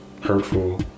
hurtful